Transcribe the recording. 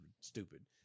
stupid